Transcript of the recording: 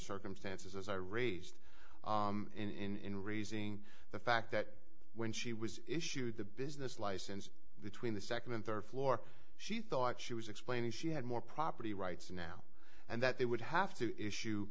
circumstances as i raised in raising the fact that when she was issued the business license between the second and third floor she thought she was explaining she had more property rights now and that they would have to issue